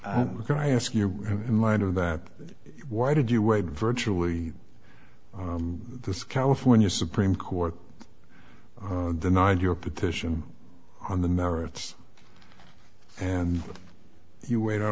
can i ask you in light of that why did you wait virtually this california supreme court oh denied your petition on the merits and you wait